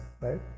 right